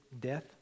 death